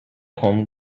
home